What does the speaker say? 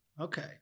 Okay